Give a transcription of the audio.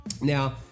now